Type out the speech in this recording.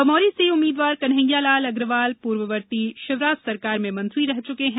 बमोरी से उम्मीदवार कन्हैयालाल अग्रवाल पूर्ववर्ती शिवराज सरकार में मंत्री रह चुके हैं